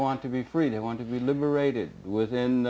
want to be free they want to be liberated within